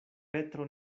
petro